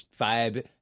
vibe